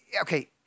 Okay